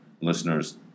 listeners